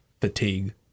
fatigue